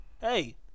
hey